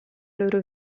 loro